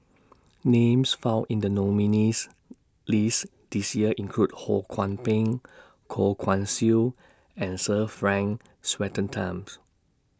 Names found in The nominees' list This Year include Ho Kwon Ping Goh Guan Siew and Sir Frank